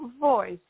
voice